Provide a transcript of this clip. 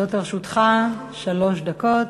עומדות לרשותך שלוש דקות.